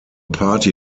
party